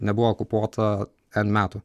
nebuvo okupuota n metų